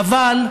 חבל.